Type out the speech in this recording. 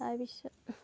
তাৰপিছত